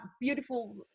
beautiful